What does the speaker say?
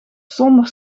zonder